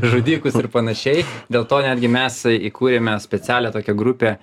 žudikus ir panašiai dėl to netgi mes įkūrėme specialią tokią grupę